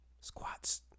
Squats